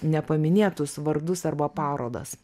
nepaminėtus vardus arba parodas